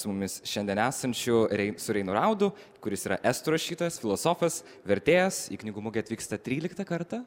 su mumis šiandien esančiu rei su reinu raudu kuris yra estų rašytojas filosofas vertėjas į knygų mugę atvyksta tryliktą kartą